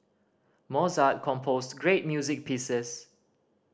Mozart composed great music pieces